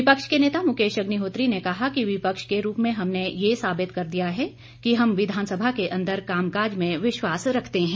विपक्ष के नेता मुकेश अग्निहोत्री ने कहा कि विपक्ष के रूप में हमने यह साबित कर दिया है कि हम विधानसभा के अंदर कामकाज में विश्वास रखते हैं